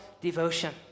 devotion